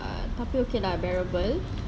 tapi okay lah bearable